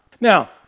Now